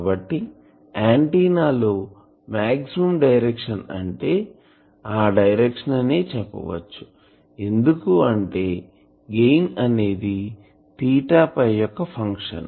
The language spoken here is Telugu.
కాబట్టి ఆంటిన్నా లో మాక్సిమం డైరెక్షన్ అంటే ఆ డైరెక్షన్ అనే చెప్పవచ్చు ఎందుకు అంటే గెయిన్ అనేది తీటా పై యొక్క ఫంక్షన్